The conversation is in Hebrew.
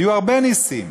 היו הרבה נסים.